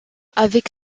avec